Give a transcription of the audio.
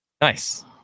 Nice